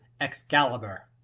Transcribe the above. excalibur